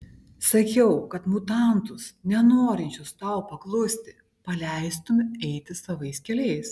sakiau kad mutantus nenorinčius tau paklusti paleistumei eiti savais keliais